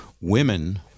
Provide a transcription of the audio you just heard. women